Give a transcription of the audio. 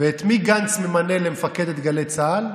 ואת מי גנץ ממנה למפקדת גלי צה"ל?